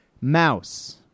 Mouse